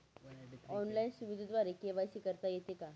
Online सुविधेद्वारे KYC करता येते का?